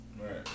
right